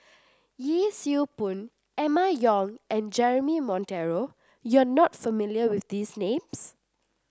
Yee Siew Pun Emma Yong and Jeremy Monteiro you are not familiar with these names